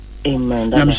Amen